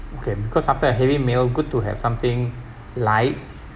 okay because after a heavy meal good to have something light